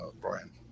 brian